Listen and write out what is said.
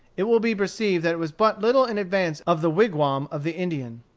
it will be perceived that it was but little in advance of the wigwam of the indian.